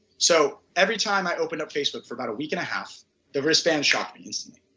so every time i open up facebook for about a week and a half the wristband shocked me instantly.